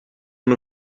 one